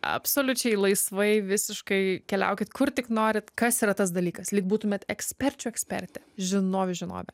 absoliučiai laisvai visiškai keliaukit kur tik norit kas yra tas dalykas lyg būtumėt eksperčių ekspertė žinovių žinovė